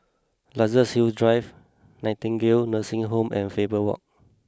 Luxus Hill Drive Nightingale Nursing Home and Faber Walk